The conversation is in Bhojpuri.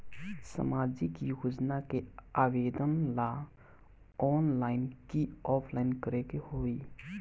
सामाजिक योजना के आवेदन ला ऑनलाइन कि ऑफलाइन करे के होई?